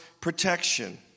protection